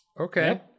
Okay